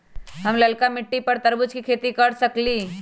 हम लालका मिट्टी पर तरबूज के खेती कर सकीले?